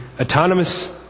autonomous